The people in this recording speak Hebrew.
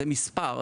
זה מספר,